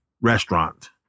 restaurant